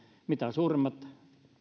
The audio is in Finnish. mitä suuremmat ovat